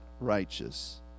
righteous